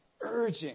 urging